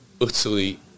utterly